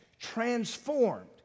transformed